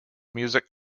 music